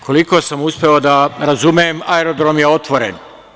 Koliko sam uspeo da razumem aerodrom je otvoren.